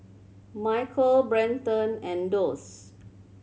Michell Brenton and Doss